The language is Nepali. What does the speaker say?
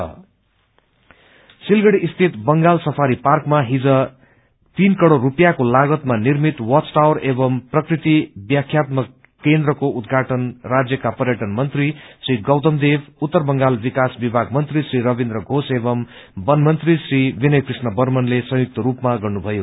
सफारी पार्क सिलगढ़ी स्थित बंगाल सफारी पार्कमा हिज तीन करोड़ रुपियाँको लागतमा निर्मित वाच टावर एवं प्रकृति व्याख्यात्मक केन्द्रको उद्घाटन राज्यको पर्यटन मन्त्री श्री गौतम देव उत्तर बंगाल विकास विभाग मन्त्री श्री रविन्द्र घोष एवं बन मन्त्री श्री विनय कृष्ण वर्मनले संयुक्त रूपमा गर्नुभयो